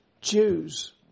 Jews